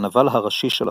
הנבל הראשי של הסרט.